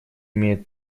имеет